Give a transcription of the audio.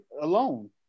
alone